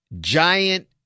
giant